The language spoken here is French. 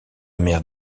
mère